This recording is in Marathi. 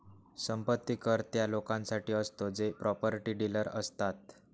संपत्ती कर त्या लोकांसाठी असतो जे प्रॉपर्टी डीलर असतात